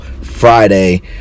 Friday